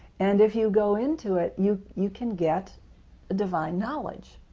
and if you go into it you you can get divine knowledge.